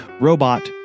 robot